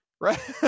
right